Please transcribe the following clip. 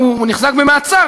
הוא מוחזק במעצר,